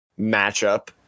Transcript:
matchup